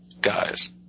guys